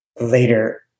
later